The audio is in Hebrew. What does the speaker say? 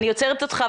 אני עוצרת אותך.